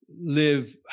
live